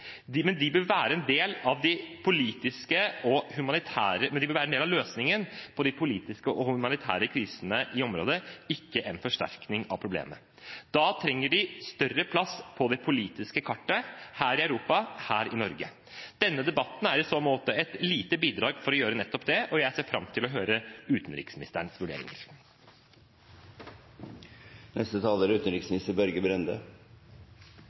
De bør være en del av løsningen på de politiske og humanitære krisene i området, ikke en forsterkning av problemet. Da trenger de større plass på det politiske kartet – her i Europa, her i Norge. Denne debatten er i så måte et lite bidrag for å gjøre nettopp det, og jeg ser fram til å høre utenriksministerens vurderinger.